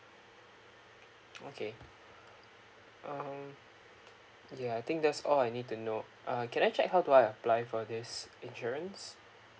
okay um ya I think that's all I need to know uh can I check how do I apply for this insurance